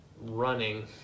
running